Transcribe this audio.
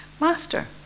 master